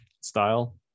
style